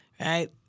right